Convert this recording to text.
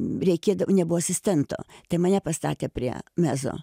reikėda nebuvo asistento tai mane pastatė prie mezo